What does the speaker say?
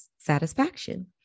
satisfaction